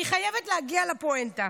אני חייבת להגיע לפואנטה.